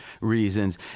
reasons